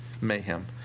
mayhem